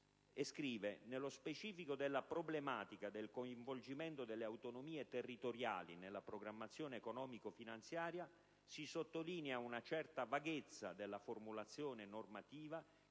scriva: «Nello specifico della problematica del coinvolgimento delle autonomie territoriali nella programmazione economico-finanziaria, si sottolinea una certa vaghezza della formulazione normativa